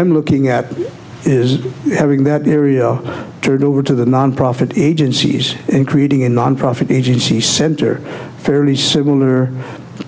i'm looking at is having that area turned over to the nonprofit agencies and creating a nonprofit agency center fairly similar